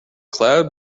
cloud